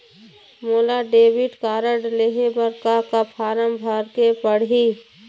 मोला debit card लेहे बर का का फार्म भरेक पड़ही?